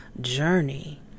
journey